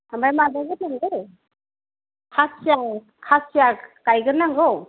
आमफ्राय माबाफोर दंबावो खासिया खासिया गायगोरनांगौ